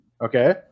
Okay